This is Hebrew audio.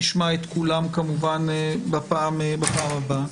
נשמע את כולם כמובן בפעם הבאה.